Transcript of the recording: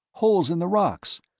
holes in the rocks.